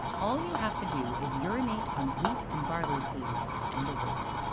all you have to do is urinate on wheat and barley seeds, and wait.